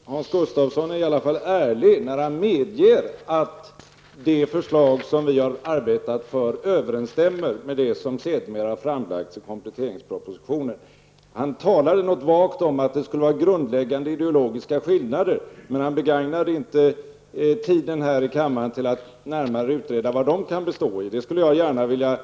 Herr talman! Hans Gustafsson är i alla fall ärlig när han medger att det förslag som vi har arbetat för överensstämmer med det som sedermera har framlagts i kompletteringspropositionen. Han sade något vagt att det skulle föreligga grundläggande ideologiska skillnader, men han begagnade inte tiden här i kammaren till att närmare utreda vad de kan bestå i. Det skulle jag gärna vilja